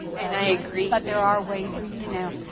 and i agree, but there are ways you know